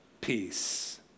Peace